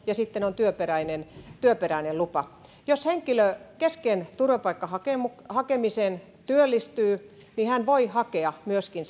ja sitten on työperäinen työperäinen lupa jos henkilö kesken turvapaikan hakemisen työllistyy niin hän voi hakea myöskin